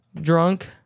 drunk